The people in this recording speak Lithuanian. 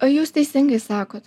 jūs teisingai sakot